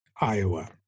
Iowa